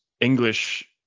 english